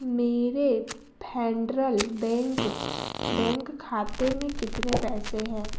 मेरे Federal bank bank खाते में कितने पैसे हैं